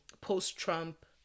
post-Trump